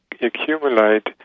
accumulate